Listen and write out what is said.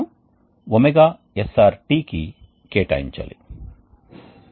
కాబట్టి మనం ఇక్కడితో ఆపేద్దాం మరియు మా తదుపరి తరగతిలో ఈ విశ్లేషణను కొనసాగిస్తాము